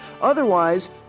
Otherwise